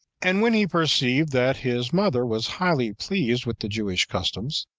and when he perceived that his mother was highly pleased with the jewish customs,